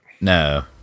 No